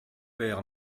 pere